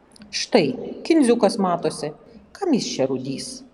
štai kindziukas matosi kam jis čia rūdys